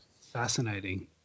fascinating